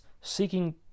Seeking